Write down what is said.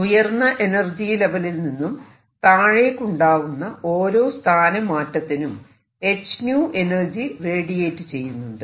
ഉയർന്ന എനർജി ലെവലിൽ നിന്നും താഴേക്ക് ഉണ്ടാവുന്ന ഓരോ സ്ഥാന മാറ്റത്തിനും hν എനർജി റേഡിയേറ്റ് ചെയ്യുന്നുണ്ട്